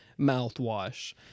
mouthwash